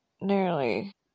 nearly